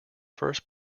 first